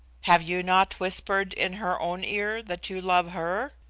have you not whispered in her own ear that you love her?